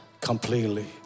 Completely